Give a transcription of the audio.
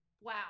wow